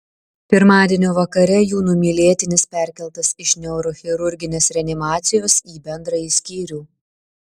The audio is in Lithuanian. pirmadienio vakare jų numylėtinis perkeltas iš neurochirurginės reanimacijos į bendrąjį skyrių